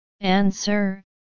Answer